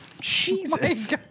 Jesus